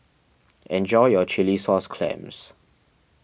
enjoy your Chilli Sauce Clams